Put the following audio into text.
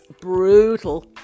brutal